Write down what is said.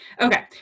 Okay